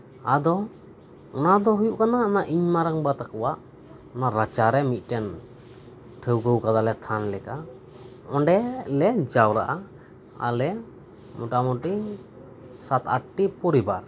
ᱟᱫᱚ ᱚᱱᱟ ᱫᱚ ᱦᱩᱭᱩᱜ ᱠᱟᱱᱟ ᱤᱧ ᱢᱟᱨᱟᱝᱵᱟ ᱛᱟᱠᱚᱣᱟᱜ ᱚᱱᱟ ᱨᱟᱪᱟᱨᱮ ᱢᱤᱫᱴᱮᱱ ᱴᱷᱟᱹᱣᱠᱟᱹ ᱟᱠᱟᱫᱟᱞᱮ ᱛᱷᱟᱱ ᱞᱮᱠᱟ ᱚᱸᱰᱮ ᱞᱮ ᱡᱟᱣᱨᱟᱜᱼᱟ ᱟᱨᱞᱮ ᱢᱚᱴᱟᱢᱩᱴᱤ ᱥᱟᱛ ᱟᱴ ᱴᱤ ᱯᱚᱨᱤᱵᱟᱨ